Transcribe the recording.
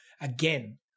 again